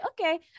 okay